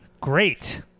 Great